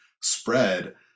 spread